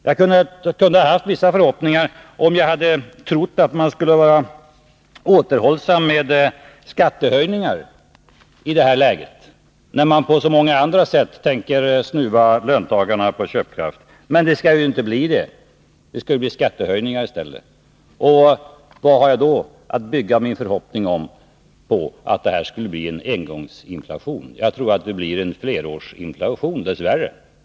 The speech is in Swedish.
Jag kunde ha haft vissa förhoppningar, om jag hade trott att man i detta läge skulle vara återhållsam med skattehöjningar, när man på så många andra sätt tänker snuva löntagarna på köpkraft. Men det skall ju bli skattehöjningar i stället. På vad har jag då att bygga min förhoppning om att det skall bli en engångsinflation? Jag tror att det blir flerårsinflation, dess värre.